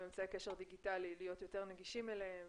אמצעי קשר דיגיטליים להיות יותר נגישים אליהם,